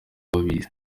babizi